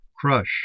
crush